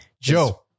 Joe